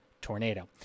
tornado